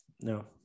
No